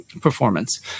performance